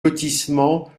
lotissement